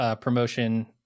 promotion